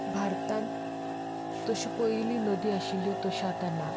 भारतांत जश्यो पयलीं नदी आशिल्ल्यो तश्यो आतां ना